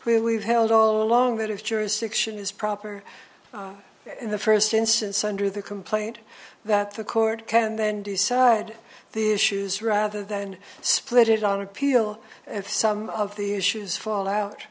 where we've held all along that of jurisdiction is proper in the first instance under the complaint that the court can then decide the issues rather than split it on appeal if some of the issues fall out